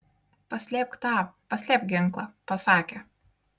paslėpk tą paslėpk ginklą pasakė